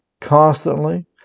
Constantly